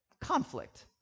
Conflict